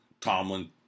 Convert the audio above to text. Tomlin